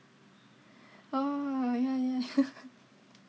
oh yeah yeah